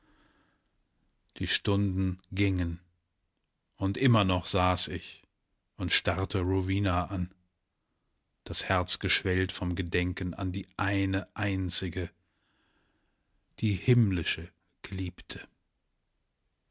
die stunden gingen und immer noch saß ich und starrte rowena an das herz geschwellt vom gedenken an die eine einzige die himmlisch geliebte